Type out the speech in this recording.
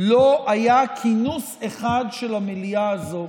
לא היה כינוס אחד של המליאה הזו